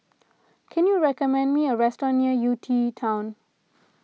can you recommend me a restaurant near U T town